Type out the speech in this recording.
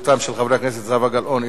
הכנסת זהבה גלאון, אילן גילאון,